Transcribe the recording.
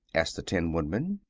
asked the tin woodman.